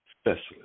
specialist